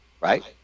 right